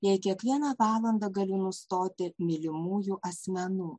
jei kiekvieną valandą gali nustoti mylimųjų asmenų